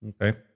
Okay